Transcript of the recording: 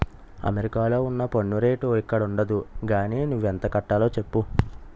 అమెరికాలో ఉన్న పన్ను రేటు ఇక్కడుండదు గానీ నువ్వెంత కట్టాలో చెప్పు